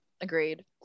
agreed